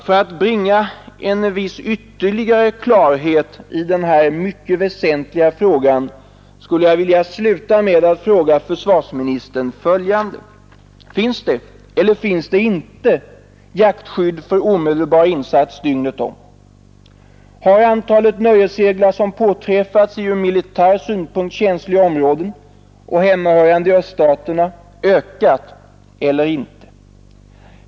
För att bringa en viss ytterligare klarhet i denna väsentliga fråga skulle jag vilja sluta med att fråga försvarsministern: Finns det eller finns det inte jaktskydd för omedelbar insats dygnet om? Har antalet nöjesseglare som påträffats i ur militär synpunkt känsliga områden och hemmahörande i öststaterna ökat eller inte?